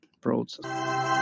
process